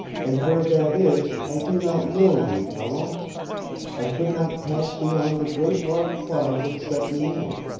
and where that is i do not know, neekewa. i could not pass beyond the great white cloud that shut me out.